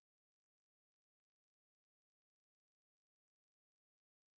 uh Singapore yes I went to Sentosa I went to Marina Bay